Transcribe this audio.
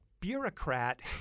bureaucrat